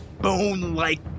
bone-like